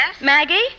Maggie